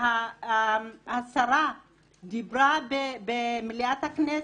השרה דיברה במליאת הכנסת,